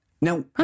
Now